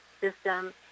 system